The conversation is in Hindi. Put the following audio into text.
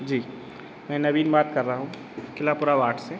जी मैं नवीन बात कर रहा हूँ क़िलापुरा वाड से